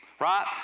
right